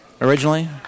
originally